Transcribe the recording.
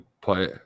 play